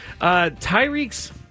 Tyreek's